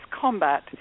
combat